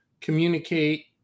communicate